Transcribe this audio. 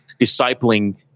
discipling